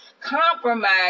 compromise